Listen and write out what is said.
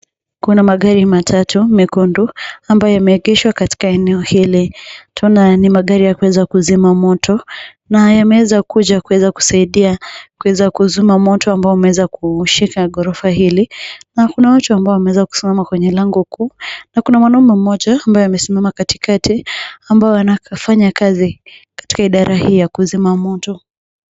Kuna magari matatu mekundu ambayo yameegeshwa katika eneo hili. Tunayo ni magari ya kuzima moto na yameweza kuja kusaidia kuuzima Moto ambayo imeweza kushika ghorofa hili na kuna watu ambao wameweza kusimama kwenye bango kuu na kuna mwanaume moja mwenye amesimama katikati ambaye anafanya kazi katika idara hii ya kuuzima Moto.